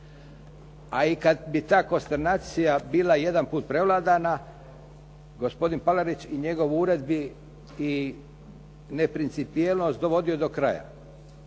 A i kada bi ta konsternacija bila jedanput prevladana gospodin Palarić i njegov ured bi i neprincipijelnost dovodio do kraja.